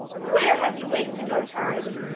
where have you wasted your time?